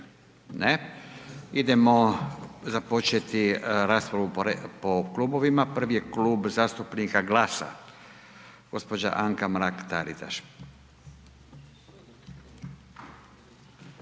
Ne. Idemo započeti raspravu po klubovima, prvi je Klub zastupnika GLAS-a, gđa. Anka Mrak Taritaš.